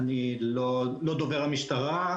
אני לא דובר המשטרה,